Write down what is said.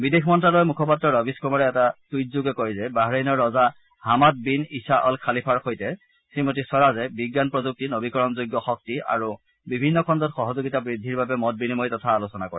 বিদেশ মন্ত্যালয়ৰ মুখপাত্ৰ ৰবিশকুমাৰে এটা টুইটযোগে কয় যে বাহৰেইনৰ ৰজা হামাদ বিন ইছা অল খালিফাৰ সৈতে শ্ৰীমতী স্বৰাজে বিজ্ঞান প্ৰযুক্তি নবীকৰণ যোগ্য শক্তি আৰু বিভিন্ন খণ্ডত সহযোগিতা বৃদ্ধিৰ বাবে মত বিনিময় তথা আলোচনা কৰে